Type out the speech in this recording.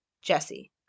Jesse